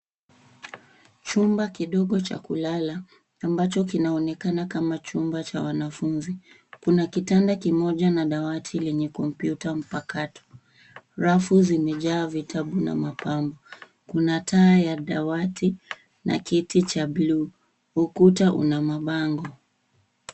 Chumba kidogo cha kulala ambacho kinaonekana kama chumba cha wanafunzi. Kuna kitanda kimoja na dawati lenye kompyuta mpakato. Rafu zimejaa vitabu na mapambo. Kuna taa ya dawati na kiti cha bluu. Ukuta una mabango.